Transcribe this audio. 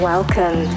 Welcome